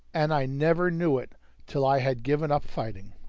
and i never knew it till i had given up fighting.